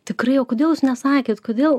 tikrai o kodėl jūs nesakėt kodėl